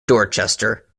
dorchester